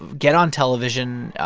get on television,